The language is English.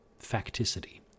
facticity